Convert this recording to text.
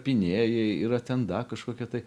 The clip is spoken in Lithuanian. pynėjai yra ten da kažkokie tai